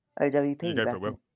OWP